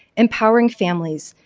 empowering families,